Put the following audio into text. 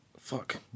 Fuck